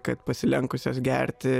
kad pasilenkusios gerti n